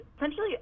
essentially